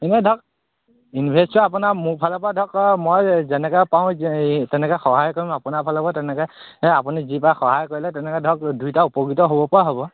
ইনেই ধৰক ইনভেষ্টটো আপোনাৰ মোৰ ফালৰপৰা ধৰক মই যেনেকৈ পাৰো তেনেকৈ সহায় কৰিম আপোনাৰ ফালৰপৰাও তেনেকৈ আপুনি যি পাৰে সহায় কৰিলে তেনেকৈ ধৰক দুই দুইটা উপকৃত হ'বপৰা হ'ব